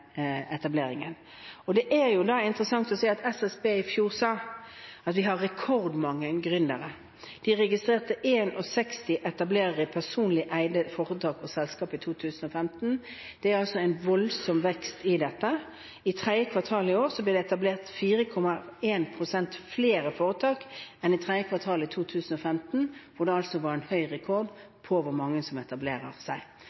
fjor sa at vi har rekordmange gründere. De registrerte 61 000 etablerere i personlig eide foretak og selskaper i 2015. Det er altså en voldsom vekst i dette. I tredje kvartal i år ble det etablert 4,1 pst. flere foretak enn i tredje kvartal i 2015, da det altså var